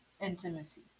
intimacy